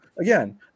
again